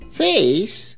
face